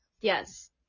Yes